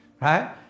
right